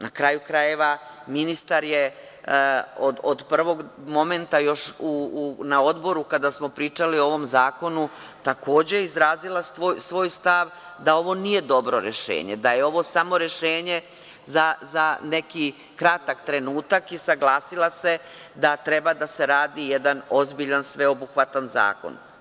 Na kraju krajeva, ministar je od prvog momenta još na odboru kada smo pričali o ovom zakonu, takođe izrazila svoj stav da ovo nije dobro rešenje, da je ovo samo rešenje za neki kratak trenutak i saglasila se da treba dase radi jedan ozbiljan sveobuhvatan zakon.